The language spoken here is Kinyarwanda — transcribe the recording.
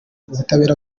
ubutabera